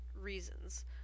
reasons